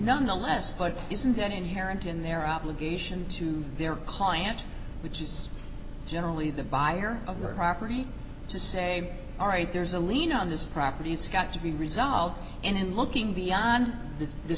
nonetheless but isn't that inherent in their obligation to their client which is generally the buyer of their property to say all right there's a lien on this property it's got to be resolved and in looking beyond the